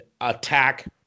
attack